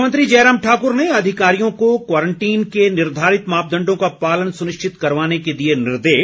मुख्यमंत्री जयराम ठाक्र ने अधिकारियों को क्वारंटीन के निर्धारित मानदण्डों का पालन सुनिश्चित करवाने के दिए निर्देश